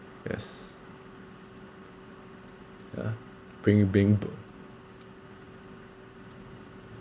yes yeah being being to